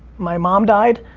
my mom died,